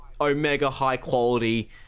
omega-high-quality